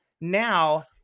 now